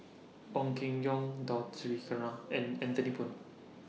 Ong Keng Yong Dato Sri Krishna and Anthony Poon